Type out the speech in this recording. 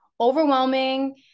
overwhelming